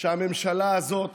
שהממשלה הזאת